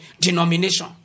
denomination